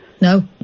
No